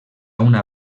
una